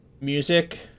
music